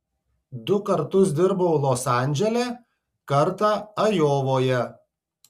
du kartus dirbau los andžele kartą ajovoje